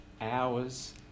hours